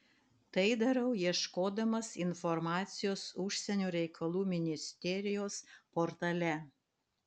tai darau ieškodamas informacijos užsienio reikalų ministerijos portale